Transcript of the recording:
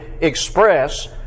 express